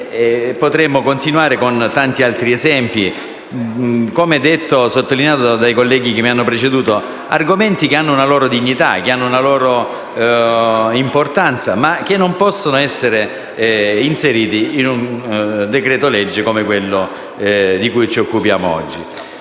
potremmo continuare con tanti altri esempi. Come sottolineato dai colleghi che mi hanno preceduto, si tratta di argomenti che hanno una loro dignità e una loro importanza, ma che non possono essere inseriti in un decreto-legge come quello di cui ci occupiamo oggi.